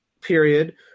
period